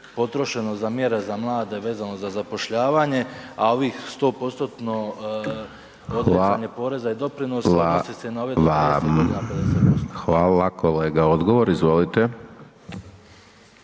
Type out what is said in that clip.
potrošeno za mjere za mlade vezano za zapošljavanje, a ovih 100% odricanje poreza i doprinosa odnosi se na ove … /Govornik se